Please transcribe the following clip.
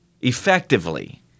effectively